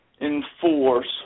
enforce